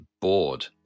bored